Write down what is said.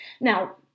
Now